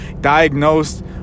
diagnosed